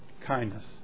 kindness